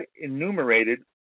enumerated